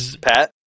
Pat